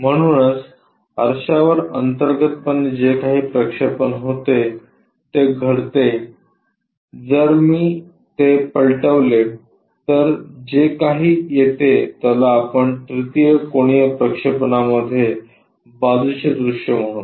म्हणूनच आरश्यावर अंतर्गतपणे जे काही प्रक्षेपण होते ते घडते जर मी ते पलटवले तर जे काही येते त्याला आपण तृतीय कोनीय प्रक्षेपणामध्ये बाजूचे दृश्य म्हणू